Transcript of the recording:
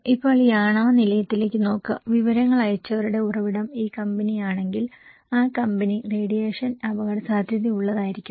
ഇപ്പോൾ ഈ ആണവ നിലയത്തിലേക്ക് നോക്കുക വിവരങ്ങൾ അയച്ചവരുടെ ഉറവിടം ഈ കമ്പനിയാണെങ്കിൽ ആ കമ്പനി റേഡിയേഷൻ അപകടസാധ്യതയുള്ളതായിരിക്കും